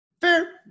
Fair